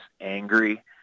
angry